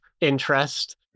interest